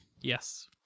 Yes